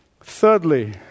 Thirdly